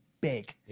big